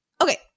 okay